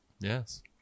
Yes